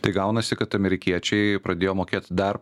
tai gaunasi kad amerikiečiai pradėjo mokėt dar